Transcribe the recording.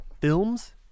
films